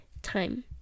time